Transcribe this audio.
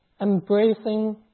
embracing